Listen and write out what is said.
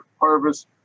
harvest